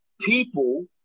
people